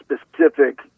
specific